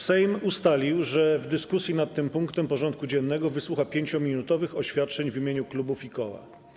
Sejm ustalił, że w dyskusji nad tym punktem porządku dziennego wysłucha 5-minutowych oświadczeń w imieniu klubów i koła.